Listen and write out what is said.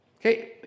Okay